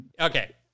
Okay